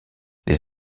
les